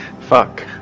fuck